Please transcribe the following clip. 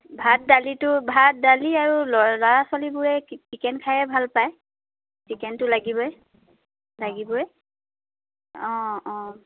ভাত দালিটো ভাত দালি আৰু ল'ৰা ছোৱালীবোৰে চিকেন খায়েই ভাল পায় চিকেনটো লাগিবই লাগিবই অঁ অঁ